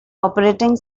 operating